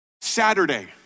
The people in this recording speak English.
Saturday